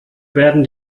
werden